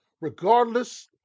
regardless